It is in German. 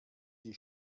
die